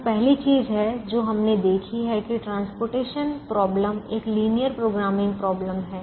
यह पहली चीज है जो हमने देखी है कि परिवहन समस्या एक लीनियर प्रोग्रामिंग समस्या है